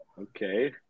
Okay